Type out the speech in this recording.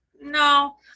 no